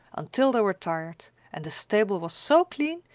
until they were tired and the stable was so clean,